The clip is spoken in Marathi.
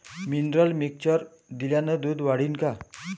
मिनरल मिक्चर दिल्यानं दूध वाढीनं का?